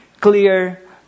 clear